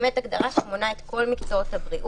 זאת הגדרה שמונה את כל מקצועות הבריאות,